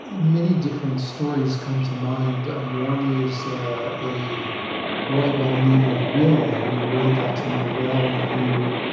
many different stories come to mind. um one is a boy by the name of will, who we really got to know well, who